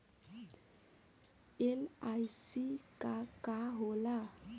LIC का होला?